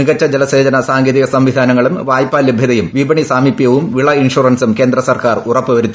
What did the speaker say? മികച്ച ജലസേചന സാങ്കേതിക സംവിധാനങ്ങളും വായ്പാ ലഭൃത യും വിപണി സാമിപ്യവും വിള ഇൻഷുറൻസും കേന്ദ്രസർക്കാർ ഉറപ്പു വരുത്തി